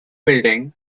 building